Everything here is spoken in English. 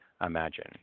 imagine